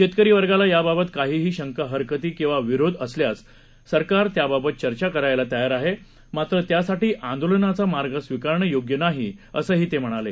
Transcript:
शेतकरी वर्गाला त्याबाबत काहीही शंका हरकती किंवा विरोध असल्यास सरकार त्याबाबत चर्चा करण्यास तयार आहे मात्र त्यासाठी आंदोलनाचा मार्ग स्वीकारणं योग्य नाही असं ते म्हणाले